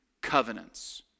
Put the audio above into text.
covenants